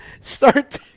start